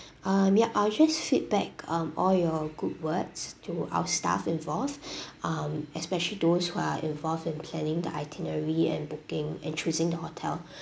err yup I'll just feedback um all your good words to our staff involved um especially those who are involved in planning the itinerary and booking and choosing the hotel